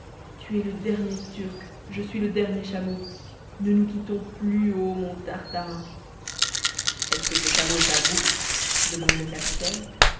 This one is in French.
tu es le dernier turc je suis le dernier chameau ne nous quittons plus ô mon tartarin est-ce que ce chameau est à vous demande le capitaine